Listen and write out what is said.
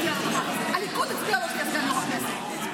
בזיקה לטרור מהכספים המועברים אליה מממשלת ישראל